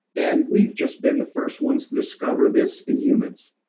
and we've just been the first ones to discover this in humans